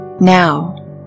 Now